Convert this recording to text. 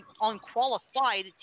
unqualified